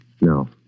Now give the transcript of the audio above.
No